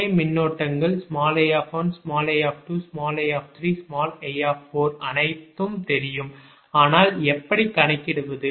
சுமை மின்னோட்டங்கள் i1 i2 i i அனைத்தும் தெரியும் ஆனால் எப்படி கணக்கிடுவது